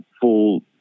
full